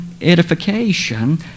edification